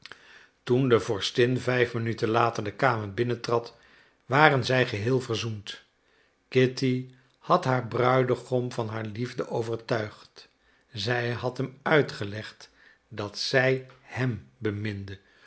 toen de vorstin vijf minuten later de kamer binnentrad waren zij geheel verzoend kitty had haar bruidegom van haar liefde overtuigd zij had hem uitgelegd dat zij hem beminde